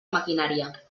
maquinària